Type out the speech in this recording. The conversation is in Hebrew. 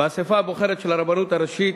לאספה הבוחרת של הרבנות הראשית.